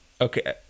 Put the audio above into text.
Okay